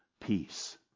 peace